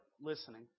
listening